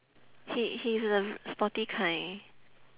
he he's a sporty kind